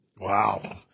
Wow